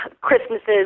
Christmases